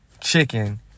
Chicken